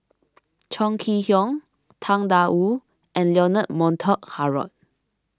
Chong Kee Hiong Tang Da Wu and Leonard Montague Harrod